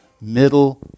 middle